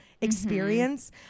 experience